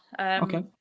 okay